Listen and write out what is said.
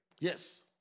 Yes